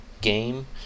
game